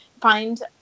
find